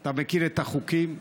אתה מכיר את החוקים.